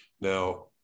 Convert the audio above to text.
now